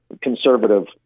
conservative